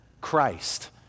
Christ